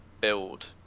build